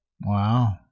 wow